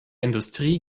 industrie